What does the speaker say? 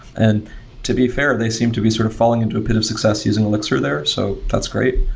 and to be fair, they seem to be sort of falling into a pit of success using elixir there. so that's great.